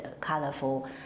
colorful